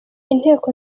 inteko